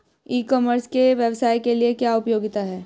ई commerce के व्यवसाय के लिए क्या उपयोगिता है?